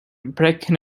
breaking